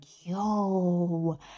yo